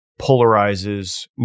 polarizes